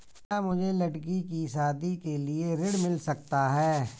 क्या मुझे लडकी की शादी के लिए ऋण मिल सकता है?